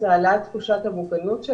האחרונות,